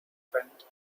friend